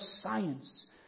science